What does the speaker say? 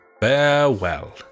Farewell